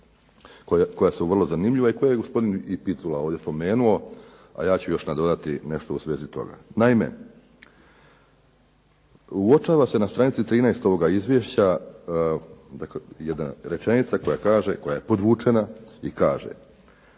koja su vrlo zanimljiva i koja je gospodin Picula ovdje spomenuo, a ja ću dodati još nešto u svezi toga. Naime, uočava se na stranici 13 ovog izvješća, jedna rečenica koja kaže, koja je podvučena i kaže: